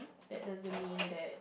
that doesn't mean that